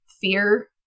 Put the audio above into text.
fear